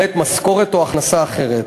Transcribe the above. למעט משכורת או הכנסה אחרת.